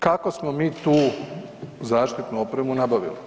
Kako smo mi tu zaštitnu opremu nabavili?